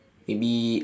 maybe